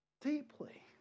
deeply